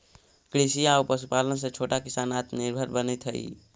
कृषि आउ पशुपालन से छोटा किसान आत्मनिर्भर बनित हइ